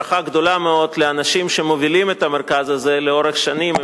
ברכה גדולה מאוד לאנשים שמובילים את המרכז הזה לאורך שנים.